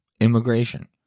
Immigration